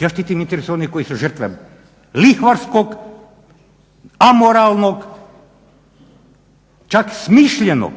Ja štitim interese onih koji su žrtve lihvarskog, amoralnog, čak smišljenog